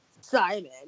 Simon